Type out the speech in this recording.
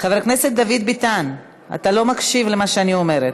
חבר הכנסת דוד ביטן, אתה לא מקשיב למה שאני אומרת.